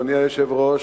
אדוני היושב-ראש,